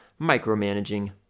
micromanaging